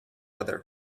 other